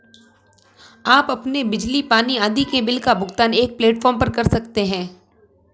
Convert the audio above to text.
आप अपने बिजली, पानी आदि के बिल का भुगतान एक प्लेटफॉर्म पर कर सकते हैं